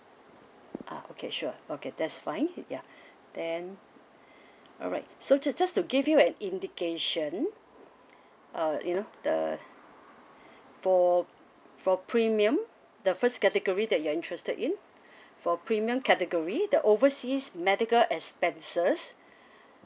ah okay sure okay that's fine ya then alright so just just to give you an indication uh you know the for for premium the first category that you're interested in for premium category the overseas medical expenses